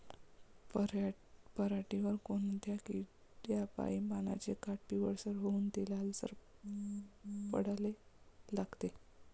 पऱ्हाटीवर कोनत्या किड्यापाई पानाचे काठं पिवळसर होऊन ते लालसर पडाले लागते?